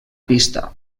pista